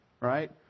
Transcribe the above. Right